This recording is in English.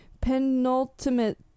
penultimate